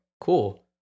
cool